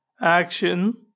action